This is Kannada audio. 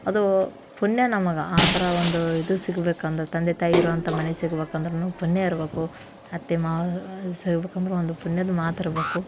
ಅದು ಪುಣ್ಯ ನಮಗೆ ಆ ಥರ ಒಂದು ಇದು ಸಿಗ್ಬೇಕಂದ್ರೆ ತಂದೆ ತಾಯಿ ಇರುವಂಥ ಮನೆ ಸಿಗಬೇಕಂದ್ರು ಪುಣ್ಯ ಇರಬೇಕು ಅತ್ತೆ ಮಾವ ಸಿಗ್ಬೇಕಂದ್ರೂ ಒಂದು ಪುಣ್ಯದ ಮಾತಿರಬೇಕು